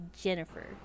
Jennifer